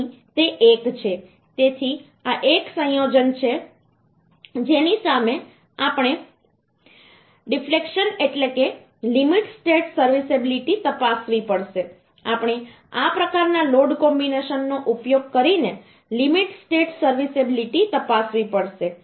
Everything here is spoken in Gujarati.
0 છે તેથી આ એક સંયોજન છે જેની સામે આપણે ડિફ્લેક્શન એટલે કે લિમિટ સ્ટેટ સર્વિસિબિલિટી તપાસવી પડશે આપણે આ પ્રકારના લોડ કોમ્બિનેશનનો ઉપયોગ કરીને લિમિટ સ્ટેટ સર્વિસિબિલિટી તપાસવી પડશે